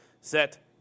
set